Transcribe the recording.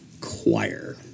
choir